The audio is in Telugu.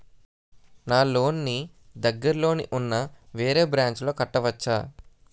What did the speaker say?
నా లోన్ నీ దగ్గర్లోని ఉన్న వేరే బ్రాంచ్ లో కట్టవచా?